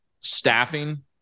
staffing